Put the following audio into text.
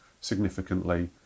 significantly